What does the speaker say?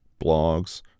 Blogs